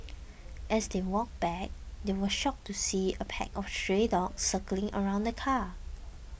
as they walked back they were shocked to see a pack of stray dogs circling around the car